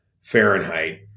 Fahrenheit